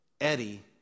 Eddie